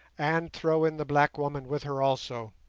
and throw in the black woman with her also.